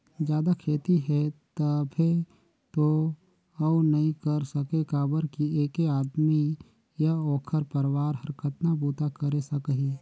जादा खेती हे तभे तो अउ नइ कर सके काबर कि ऐके आदमी य ओखर परवार हर कतना बूता करे सकही